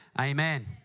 Amen